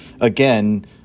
again